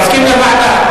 מסכים לוועדה.